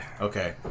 Okay